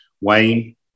Wayne